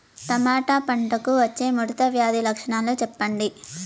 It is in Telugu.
టమోటా పంటకు వచ్చే ముడత వ్యాధి లక్షణాలు చెప్పండి?